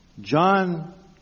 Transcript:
John